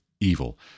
evil